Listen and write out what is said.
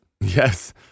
Yes